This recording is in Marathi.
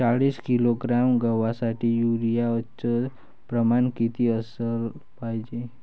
चाळीस किलोग्रॅम गवासाठी यूरिया च प्रमान किती असलं पायजे?